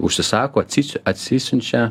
užsisako atsisiu atsisiunčia